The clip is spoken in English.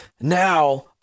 Now